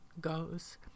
goes